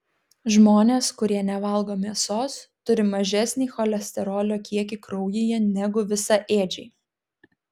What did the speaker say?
žmonės kurie nevalgo mėsos turi mažesnį cholesterolio kiekį kraujyje negu visaėdžiai